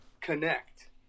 connect